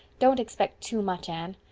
don't expect too much, anne.